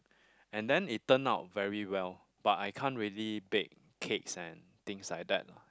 and then it turn out very well but I can't really bake cakes and things like that lah